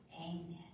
amen